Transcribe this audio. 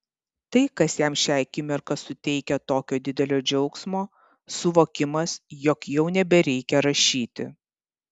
tai kas jam šią akimirką suteikia tokio didelio džiaugsmo suvokimas jog jau nebereikia rašyti